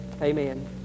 Amen